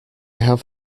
have